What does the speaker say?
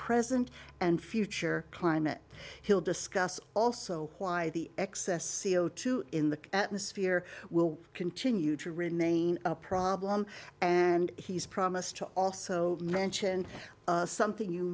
present and future climate he'll discuss also why the excess c o two in the atmosphere will continue to remain a problem and he's promised to also mention something you